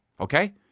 okay